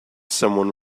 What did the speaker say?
someone